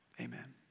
Amen